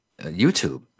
YouTube